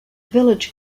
village